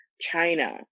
China